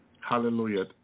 Hallelujah